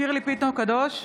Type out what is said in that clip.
שירלי פינטו קדוש,